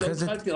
עוד לא התחלתי.